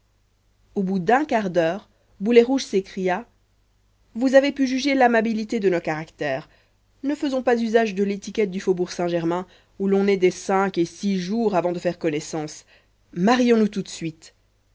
au bout d'un quart d'heure boulet rouge s'écria vous avez pu juger l'amabilité de nos caractères ne faisons pas usage de l'étiquette du faubourg saint-germain où l'on est des cinq et six jours avant de faire connaissance marions nous tout de suite